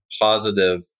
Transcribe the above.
positive